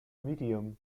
medium